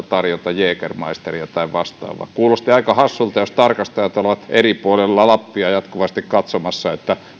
tarjota jägermeisteria tai vastaavaa kuulostaa aika hassulta jos tarkastajat ovat eri puolilla lappia jatkuvasti katsomassa